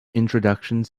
introductions